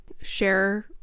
share